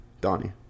Donnie